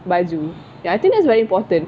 baju ya I think that's very important